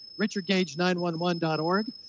richardgage911.org